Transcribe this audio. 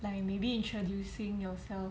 like maybe introducing yourself